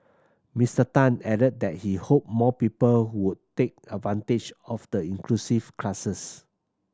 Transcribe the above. Mister Tan added that he hoped more people would take advantage of the inclusive classes